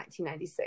1996